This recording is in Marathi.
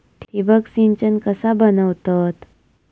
ठिबक सिंचन कसा बनवतत?